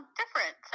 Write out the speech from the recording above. different